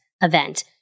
event